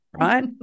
right